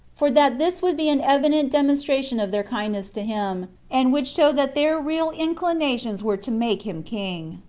for that this would be an evident demonstration of their kindness to him, and would show that their real inclinations were to make him king.